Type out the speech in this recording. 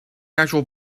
actual